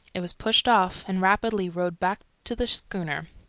it was pushed off, and rapidly rowed back to the schooner.